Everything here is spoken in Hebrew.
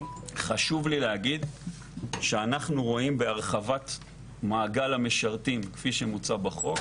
חשוב לי להגיד שאנחנו רואים בהרחבת מעגל המשרתים כפי שמוצע בחוק